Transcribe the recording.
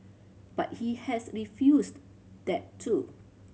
but he has refused that too